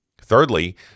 Thirdly